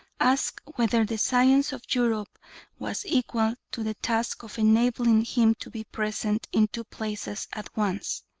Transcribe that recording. asked whether the science of europe was equal to the task of enabling him to be present in two places at once,